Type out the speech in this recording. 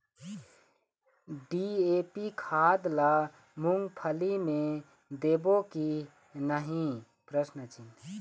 DAP खाद ला मुंगफली मे देबो की नहीं?